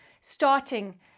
Starting